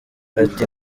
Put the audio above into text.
ati